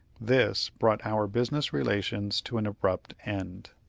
this brought our business relations to an abrupt end.